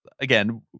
again